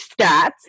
stats